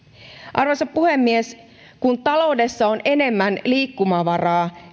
arvoisa puhemies kun taloudessa on enemmän liikkumavaraa